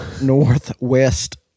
Northwest